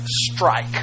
strike